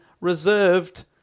Reserved